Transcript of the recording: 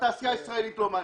שהתעשייה הישראלית לא מעניינת,